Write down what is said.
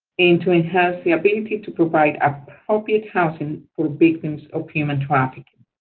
and to enhance the ability to provide appropriate housing for victims of human trafficking.